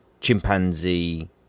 chimpanzee